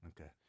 okay